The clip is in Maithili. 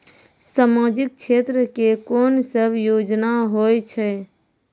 समाजिक क्षेत्र के कोन सब योजना होय छै?